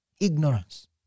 Ignorance